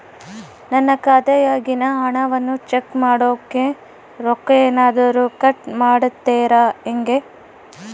ನನ್ನ ಖಾತೆಯಾಗಿನ ಹಣವನ್ನು ಚೆಕ್ ಮಾಡೋಕೆ ರೊಕ್ಕ ಏನಾದರೂ ಕಟ್ ಮಾಡುತ್ತೇರಾ ಹೆಂಗೆ?